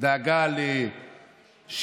את החל"ת,